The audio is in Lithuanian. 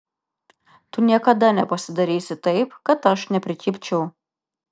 tu niekada nepasidarysi taip kad aš neprikibčiau